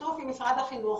בשיתוף עם משרד החינוך,